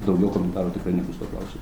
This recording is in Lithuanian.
daugiau komentarų tikrai nebus tuo klausimu